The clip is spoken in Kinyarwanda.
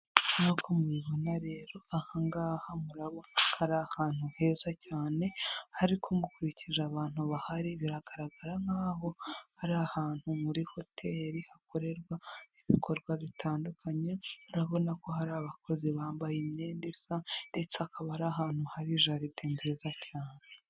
Nkuko mubibona rero, aha ngaha murabona ko ari ahantu heza cyane, ariko mukurikije abantu bahari, biragaragara nkaho ari ahantu muri hoteli, hakorerwa ibikorwa bitandukanye, Murabona ko hari abakozi bambaye imyenda isa, ndetse akaba ari ahantu hari jaride nziza cyane.